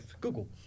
Google